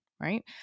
right